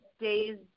day's